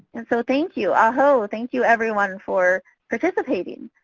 and so thank you. ah hoh. thank you everyone for participating.